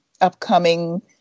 upcoming